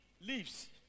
leaves